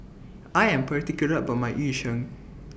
I Am particular about My Yu Sheng